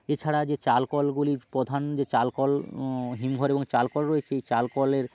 এছাড়া যে চাল কলগুলি প্রধান যে চাল কল হিমঘর এবং চাল কল রয়েছে এই চাল কলের